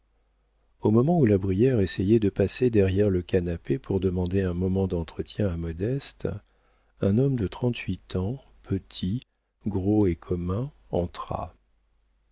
au moment où la brière essayait de passer derrière le canapé pour demander un moment d'entretien à modeste un homme de trente-huit ans petit gros et commun entra